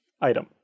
item